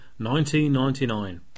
1999